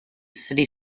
city